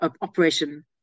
Operation